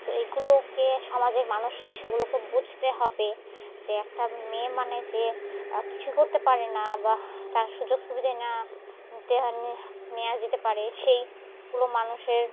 তো এগুলোকে সমাজের মানুষকে সেগুলোকে বুঝতে হবে যে একটা মেয়ে মানে যে কিছুই করতে পারে না বা তার সুযোগ সুবিধা নেওয়া যেতে নেওয়া যেতে পারে সেইগুলো মানুষের